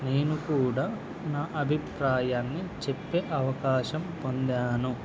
నేను కూడా నా అభిప్రాయాన్ని చెప్పే అవకాశం పొందాను